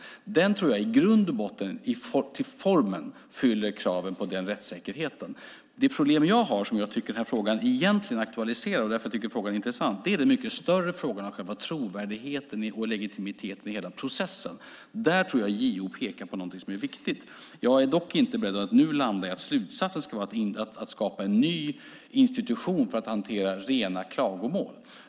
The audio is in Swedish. Den tror jag i grund och botten till formen fyller kraven på rättssäkerhet. Det denna fråga egentligen aktualiserar och som gör den intressant det är den större frågan om trovärdigheten i vår legitimitet med hela processen. Där pekar JO på något som är viktigt. Jag är dock inte beredd att nu landa i att slutsatsen ska vara att skapa en ny institution för att hantera rena klagomål.